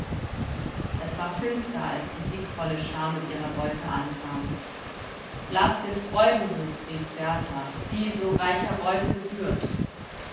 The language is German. es war finster als die siegvolle schar mit ihrer beute ankam blast den freudenruf rief berthar wie so reicher beute gebührt